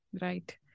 Right